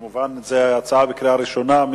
זו, כמובן, הצעה לקריאה ראשונה.